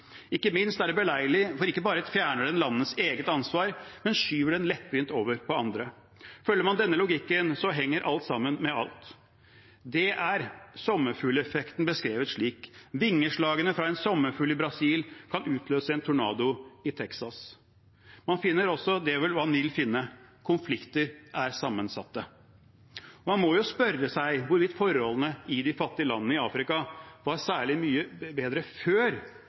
Ikke minst er det beleilig, for ikke bare fjerner man landets eget ansvar, men man skyver det lettvint over på andre. Følger man denne logikken, henger alt sammen med alt. Det er sommerfugleffekten beskrevet slik: Vingeslagene fra en sommerfugl i Brasil kan utløse en tornado i Texas. Man finner også det man vil finne. Konflikter er sammensatte. Man må jo spørre seg hvorvidt forholdene i de fattige landene i Afrika var særlig mye bedre før